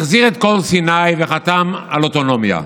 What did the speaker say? החזיר את כל סיני וחתם על אוטונומיה.